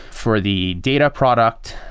for the data product,